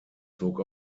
zog